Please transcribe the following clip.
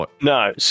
No